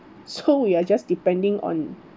so we are just depending on